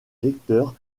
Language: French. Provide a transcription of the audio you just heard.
lecteur